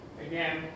again